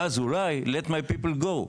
ואז אולי let my people go.